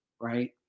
right